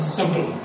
simple